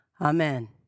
amen